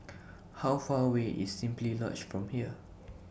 How Far away IS Simply Lodge from here